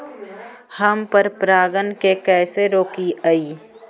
हम पर परागण के कैसे रोकिअई?